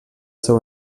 seu